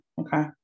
Okay